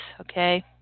okay